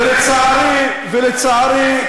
ולצערי,